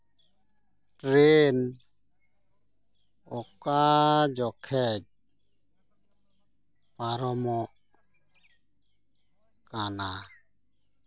train ᱚᱠᱟ ᱡᱚᱠᱷᱮᱱ ᱯᱟᱨᱚᱢᱚᱜ ᱠᱟᱱᱟ